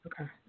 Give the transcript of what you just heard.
Okay